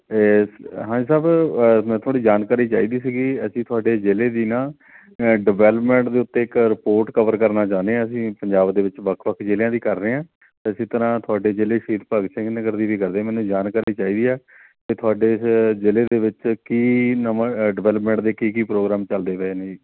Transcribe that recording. ਹਾਂਜੀ ਸਾਹਿਬ ਮੈਂ ਥੋੜ੍ਹੀ ਜਾਣਕਾਰੀ ਚਾਹੀਦੀ ਸੀਗੀ ਅਸੀਂ ਤੁਹਾਡੇ ਜ਼ਿਲ੍ਹੇ ਦੀ ਨਾ ਡਿਵੈਲਪਮੈਂਟ ਦੇ ਉੱਤੇ ਇੱਕ ਰਿਪੋਰਟ ਕਵਰ ਕਰਨਾ ਚਾਹੁੰਦੇ ਹਾਂ ਅਸੀਂ ਪੰਜਾਬ ਦੇ ਵਿੱਚ ਵੱਖ ਵੱਖ ਜ਼ਿਲ੍ਹਿਆਂ ਦੀ ਕਰ ਰਹੇ ਹਾਂ ਇਸ ਤਰ੍ਹਾਂ ਤੁਹਾਡੇ ਜ਼ਿਲ੍ਹੇ ਸ਼ਹੀਦ ਭਗਤ ਸਿੰਘ ਨਗਰ ਦੀ ਵੀ ਕਰਦੇ ਮੈਨੂੰ ਜਾਣਕਾਰੀ ਚਾਹੀਦੀ ਹੈ ਅਤੇ ਤੁਹਾਡੇ ਇਸ ਜ਼ਿਲ੍ਹੇ ਦੇ ਵਿੱਚ ਕੀ ਨਵਾਂ ਡਿਵੈਲਪਮੈਂਟ ਦੇ ਕੀ ਕੀ ਪ੍ਰੋਗਰਾਮ ਚੱਲਦੇ ਪਏ ਨੇ ਜੀ